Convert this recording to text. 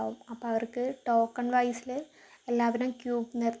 ദിവസവും കാര്യങ്ങളൊക്കെ സ്റ്റാർട്ട് ചെയ്യുമ്പോൾ ഓരോരോ ആചാരങ്ങളും